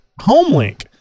Homelink